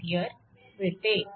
143A मिळते